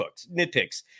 nitpicks